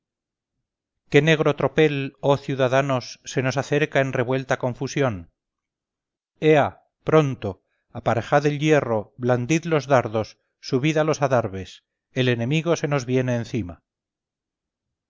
qué negro tropel oh ciudadanos se nos acerca en revuelta confusión ea pronto aparejad el hierro blandid los dardos subid a los adarves el enemigo se nos viene encima